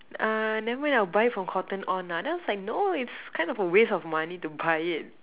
uh never mind I will buy it from Cotton-on lah then I was like no it's kind of a waste money to buy it